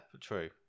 true